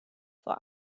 vor